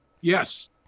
Yes